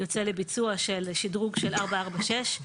יוצא לביצוע של שדרוג של 446,